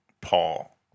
Paul